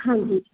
ਹਾਂਜੀ